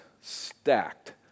stacked